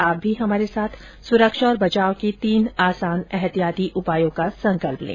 आप भी हमारे साथ सुरक्षा और बचाव के तीन आसान एहतियाती उपायों का संकल्प लें